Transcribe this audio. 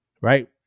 Right